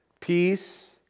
Peace